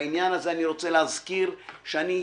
שבעניין הזה אני רוצה להזכיר שהזהרתי,